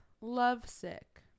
lovesick